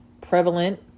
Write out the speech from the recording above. prevalent